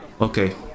Okay